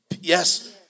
yes